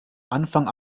anfang